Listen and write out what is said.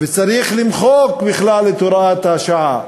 צריך למחוק בכלל את הוראת השעה.